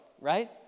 right